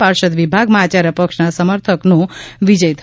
પાર્ષદ વિભાગમાં આચાર્ય પક્ષના સમર્થકનો વિજય થયો છે